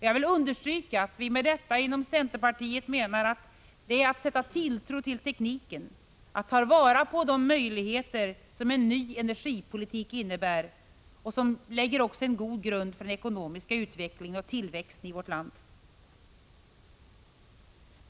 Jag vill understryka att vi inom centern menar att detta är att sätta tilltro till tekniken, att ta vara på de möjligheter som en ny energipolitik innebär och som även lägger en god grund för den ekonomiska utvecklingen och tillväxten i vårt land.